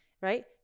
Right